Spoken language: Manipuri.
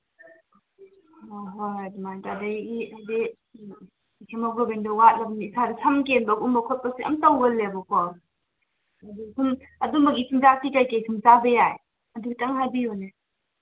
ꯑ ꯍꯣꯏ ꯍꯣꯏ ꯑꯗꯨꯃꯥꯏ ꯇꯧꯔ ꯑꯗꯒꯤꯗꯤ ꯍꯦꯃꯣꯒ꯭ꯂꯣꯕꯤꯟꯗꯨ ꯋꯥꯠꯝꯅꯤꯅ ꯏꯁꯥꯗ ꯁꯝ ꯀꯦꯟꯕ ꯈꯣꯠꯄꯁꯨ ꯌꯥꯝ ꯇꯧꯒꯜꯂꯦꯕꯀꯣ ꯑꯗꯨ ꯁꯨꯝ ꯑꯗꯨꯝꯕꯒꯤ ꯆꯤꯟꯖꯥꯛꯇꯤ ꯀꯩꯀꯩ ꯁꯨꯝ ꯆꯥꯕ ꯌꯥꯏ ꯑꯗꯨꯗꯪ ꯍꯥꯏꯕꯤꯌꯨꯅꯦ